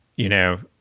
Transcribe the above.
you know,